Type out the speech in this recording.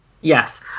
Yes